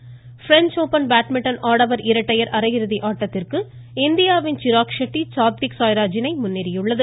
French Open badminton ஆடவள் இரட்டையர் அரையிறுதி ஆட்டத்திற்கு இந்தியாவின் சிராக்ஷெட்டி சாத்விக் சாய்ராஜ் இணை முன்னேறியுள்ளது